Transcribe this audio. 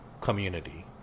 community